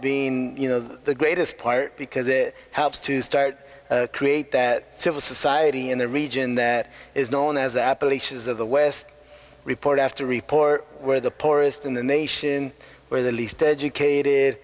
being you know the greatest part because it helps to start create that civil society in the region that is known as appalachians of the west report after report where the poorest in the nation are the least educated